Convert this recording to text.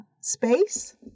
space